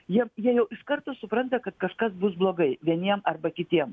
jie jie jau iš karto supranta kad kažkas bus blogai vieniem arba kitiem